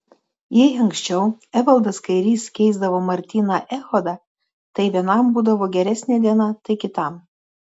jei anksčiau evaldas kairys keisdavo martyną echodą tai vienam būdavo geresnė diena tai kitam